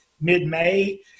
mid-May